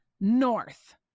north